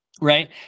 right